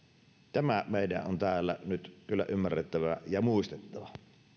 tämä meidän on täällä nyt kyllä ymmärrettävä ja muistettava